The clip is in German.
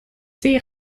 sehe